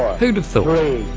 who'd have thought?